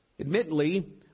Admittedly